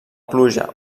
pluja